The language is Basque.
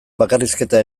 bakarrizketa